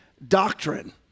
doctrine